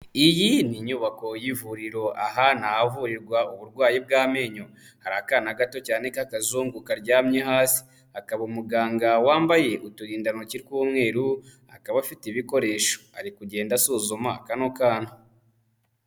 Iyi ni inyubako y'ivuriro, aha ni ahavurirwa uburwayi bw'amenyo, hari akana gato cyane k'akazungu karyamye hasi, hakaba umuganga wambaye uturindantoki tw'umweru, akaba afite ibikoresho, ari kugenda asuzuma kano kana.